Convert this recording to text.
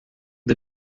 des